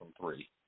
three